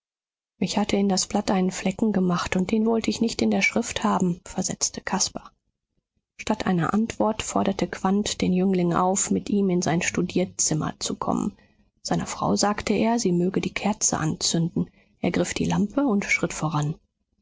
ich hatte in das blatt einen flecken gemacht und den wollte ich nicht in der schrift haben versetzte caspar statt aller antwort forderte quandt den jüngling auf mit ihm in sein studierzimmer zu kommen seiner frau sagte er sie möge die kerze anzünden ergriff die lampe und schritt voran